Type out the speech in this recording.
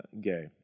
gay